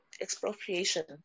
expropriation